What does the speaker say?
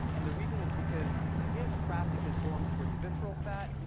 and the reason is because his traffic is going towards the visceral fat.